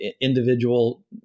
individual